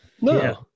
no